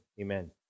Amen